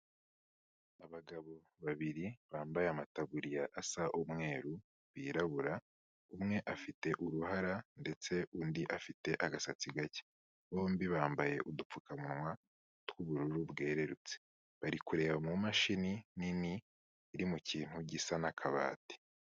Abagabo babiri bambaye amataburiya asa umweru birabura, umwe afite uruhara ndetse undi afite agasatsi gake, bombi bambaye udupfukamunwa tw'ubururu bwererutse. Bari kureba mu mashini nini iri mu kintu gisa n'akabati.